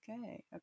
okay